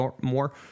more